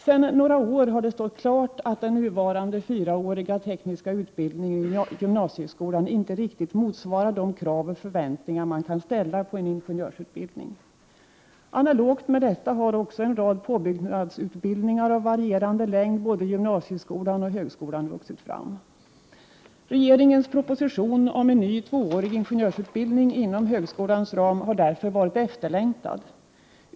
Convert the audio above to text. Sedan några år tillbaka har det stått klart att den nuvarande fyraåriga tekniska utbildningen i gymnasieskolan inte riktigt motsvarar de krav och förväntningar som man kan ställa på en ingenjörsutbildning. Analogt med detta har också en rad påbyggnadsutbildningar av varierande längd både i gymnasieskolan och i högskolan vuxit fram. Regeringens proposition om en ny, tvåårig ingenjörsutbildning inom högskolans ram har därför varit efterlängtad.